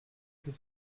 ses